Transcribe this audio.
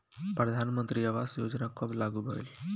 प्रधानमंत्री आवास योजना कब लागू भइल?